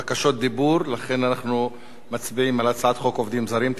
לכן אנחנו מצביעים על הצעת חוק עובדים זרים (תיקון מס' 15),